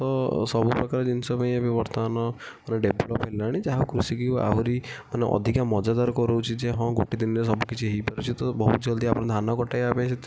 ତ ସବୁ ପ୍ରକାର ଜିନିଷ ପାଇଁ ଏବେ ବର୍ତ୍ତମାନ ଡେଭଲପ୍ ହେଲାଣି ଯାହା କୃଷିକୁ ଆହୁରି ମାନେ ଅଧିକା ମଜାଦାର କରୁଛି ଯେ ହଁ ଗୋଟେ ଦିନରେ ସବୁ କିଛି ହୋଇପାରୁଛି ତ ବହୁତ ଜଲ୍ଦି ଆପଣ ଧାନ କଟାଇବା ପାଇଁ